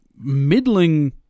middling